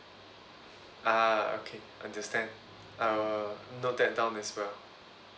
ah okay understand I will note that down as well